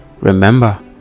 remember